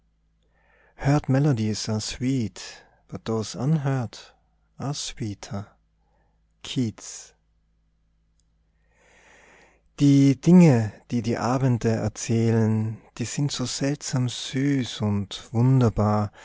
sweeter keats die dinge die die abende erzählen die sind so seltsam süß und wunderbar